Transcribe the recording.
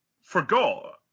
forgot